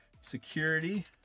security